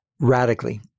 Radically